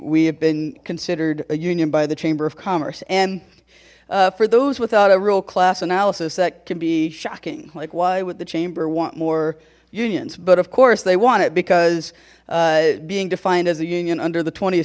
we have been considered a union by the chamber of commerce and for those without a real class analysis that can be shocking like why would the chamber want more unions but of course they want it because being defined as a union under the twentieth